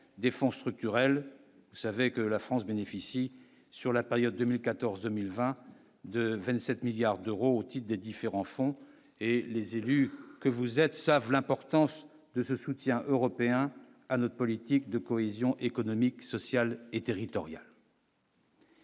des fonds structurels, vous savez que la France bénéficie sur la période 2014, 2020 de 27 milliards d'euros au type de différents fonds et les élus que vous êtes savent l'importance de ce soutien européen à notre politique de cohésion économique, sociale et territoriale.